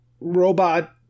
robot